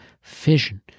fission